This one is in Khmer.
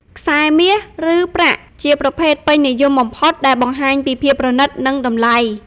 ខ្សែមាស ឬប្រាក់ ជាប្រភេទពេញនិយមបំផុត ដែលបង្ហាញពីភាពប្រណីត និងតម្លៃ។